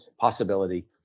possibility